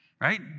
Right